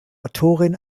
autorin